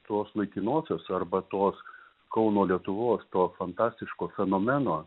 tos laikinosios arba tos kauno lietuvos to fantastiško fenomeno